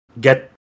get